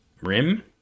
Rim